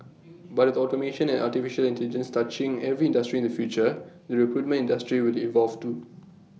but with automation and Artificial Intelligence touching every industry in the future the recruitment industry will evolve too